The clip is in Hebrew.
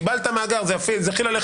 קיבלת מאגר זה החיל עלי.